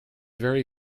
very